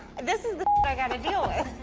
and this is the i got to deal with.